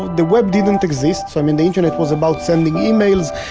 the web didn't exist, so i mean the internet was about sending emails,